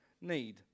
need